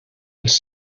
els